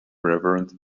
reverend